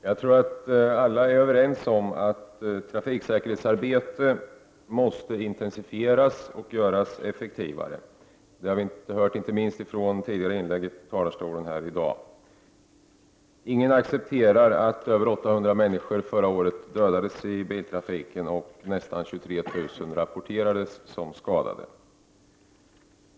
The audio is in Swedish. Herr talman! Jag tror att alla är överens om att trafiksäkerhetsarbetet måste intensifieras och göras effektivare. Detta har framhållits inte minst av talare här i dag. Ingen accepterar att som skedde förra året över 800 människor dödades i biltrafiken samtidigt som nästan 23 000 rapporterades som skadade.